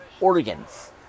organs